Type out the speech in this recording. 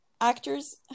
actors